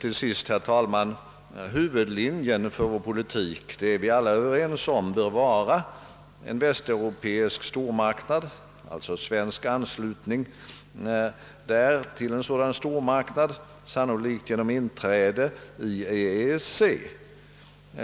Till sist, herr talman, vill jag säga att vi alla är överens om att huvudlinjen för vår politik bör vara en svensk anslutning till en västeuropeisk stormarknad, vilket sannolikt innebär inträde i EEC.